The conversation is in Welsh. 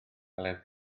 heledd